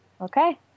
Okay